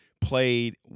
played